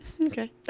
Okay